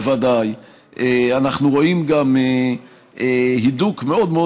בוודאי אנחנו רואים גם הידוק מאוד מאוד